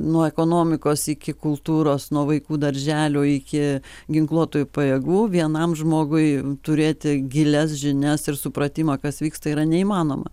nuo ekonomikos iki kultūros nuo vaikų darželio iki ginkluotųjų pajėgų vienam žmogui turėti gilias žinias ir supratimą kas vyksta yra neįmanoma